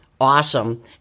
awesome